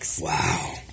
Wow